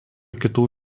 kitų